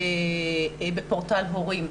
בפורטל הורים,